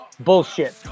bullshit